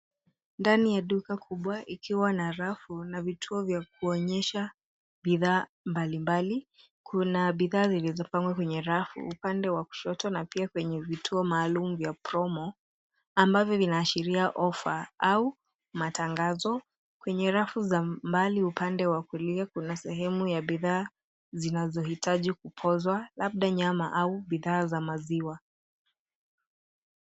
Ndani ya duka kubwa,, ikiwa na rafu na vituo vya kuonyesha bidhaa mbalimbali. Kuna bidhaa zilizopangwa kwenye rafu upande wa kushoto na pia kwenye vituo maalum vya promo, ambavyo vinaashiria ofa au matangazo. Kwenye rafu za mbali upande wa kulia kuna sehemu ya bidhaa zinazohitaji kupozwa, labda nyama au bidhaa za maziwa.